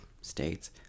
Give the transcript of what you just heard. states